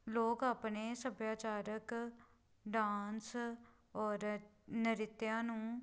ਲੋਕ ਆਪਣੇ ਸੱਭਿਆਚਾਰਕ ਡਾਂਸ ਔਰ ਨਰਿਤਿਯ ਨੂੰ